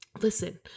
listen